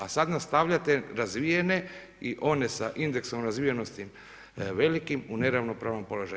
A sad nastavljate razvijene i one sa indeksom razvijenosti velikim u neravnopravan položaj.